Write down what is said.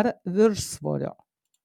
ar viršsvorio